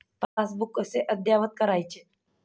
Passbook कसे अद्ययावत करायचे?